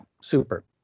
super